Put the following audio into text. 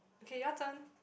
okay your turn